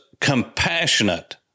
compassionate